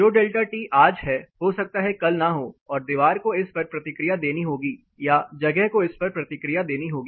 जो delta T आज है हो सकता है कल ना हो और दीवार को इस पर प्रतिक्रिया देनी होगी या जगह को इस पर प्रतिक्रिया देनी होगी